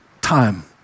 time